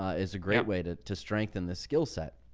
is a great way to to strengthen the skillset.